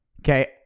Okay